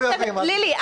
לילי,